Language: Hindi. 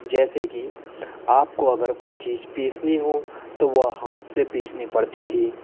जैसे कि आपको अगर कोई चीज़ पीसनी हो तो वह हाथ से पीसनी पड़ती थी